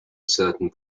certain